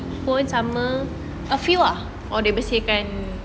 oh dia bersihkan